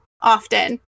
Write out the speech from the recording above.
often